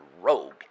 rogue